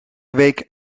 week